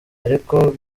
ariko